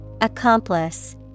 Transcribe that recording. Accomplice